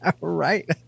Right